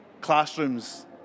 classrooms